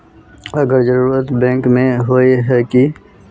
अगर जरूरत बैंक में होय है की?